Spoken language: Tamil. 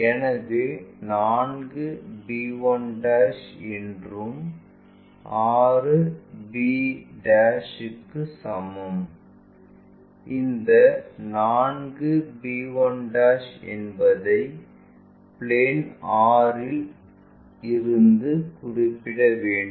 எனவே 4 b 1 என்பது 6 b க்கு சமம் இந்த 4 b1 என்பதை பிளேன் 6 இல் இருந்து குறிப்பிடவேண்டும்